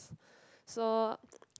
so